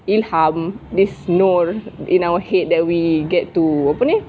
ilham this know in our head that we get to apa ni